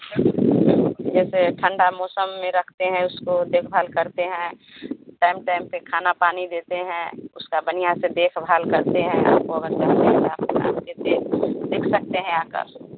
जैसे ठंडा मौसम में रखते हैं उसको देखभाल करते हैं टाइम टाइम पे खाना पानी देते हैं उसका बढ़िया से देखभाल करते हैं और देख सकते हैं आकर